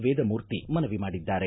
ವೇದಮೂರ್ತಿ ಮನವಿ ಮಾಡಿದ್ದಾರೆ